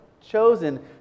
chosen